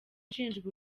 ashinjwa